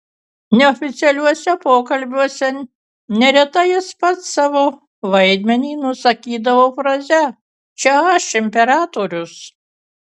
neoficialiuose pokalbiuose neretai jis pats savo vaidmenį nusakydavo fraze čia aš imperatorius